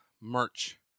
merch